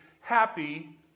happy